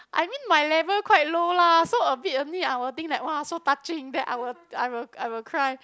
I mean my level quite low lah so a bit only I will think like !wah! so touching then I will I will I will cry